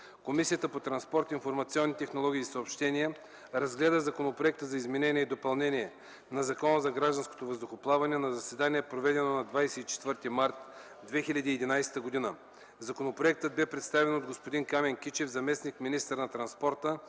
Комисията по транспорт, информационни технологии и съобщения разгледа Законопроекта за изменение и допълнение на Закона за гражданското въздухоплаване на заседание, проведено на 24 март 2011 г. Законопроектът бе представен от господин Камен Кичев – заместник-министър на транспорта,